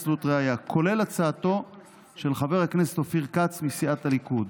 כולל הצעתו של חבר הכנסת אופיר כץ מסיעת הליכוד.